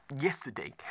yesterday